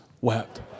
wept